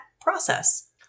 process